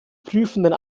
prüfenden